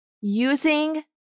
using